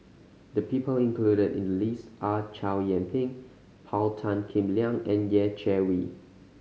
the people included in the list are Chow Yian Ping Paul Tan Kim Liang and Yeh Chi Wei